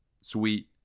sweet